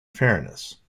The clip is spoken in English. fairness